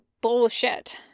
bullshit